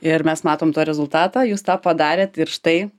ir mes matom to rezultatą jūs tą padarėt ir štai